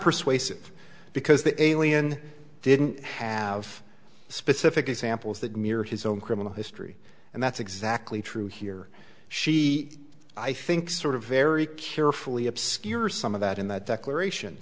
persuasive because the alien didn't have specific examples that mirror his own criminal history and that's exactly true here she i think sort of very carefully obscures some of that in that declaration